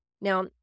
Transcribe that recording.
Now